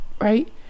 right